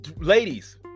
ladies